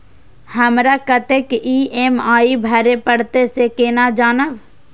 हमरा कतेक ई.एम.आई भरें परतें से केना जानब?